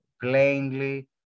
plainly